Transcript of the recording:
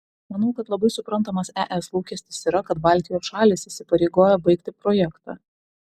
manau kad labai suprantamas es lūkestis yra kad baltijos šalys įsipareigoja baigti projektą